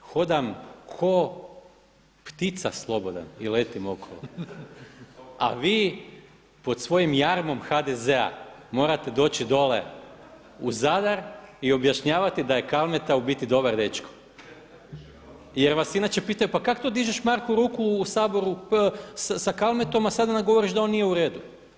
Hodam ko ptica slobodan i letim okolo, a vi pod svojim jarmom HDZ-a morate doći dole u Zadar i objašnjavati da je Kalmeta u biti dobar dečko jer vas inače pitaju pa kak to dižeš Marko ruku u Saboru sa Kalmetom, a sada nam govoriš da oni nije uredu.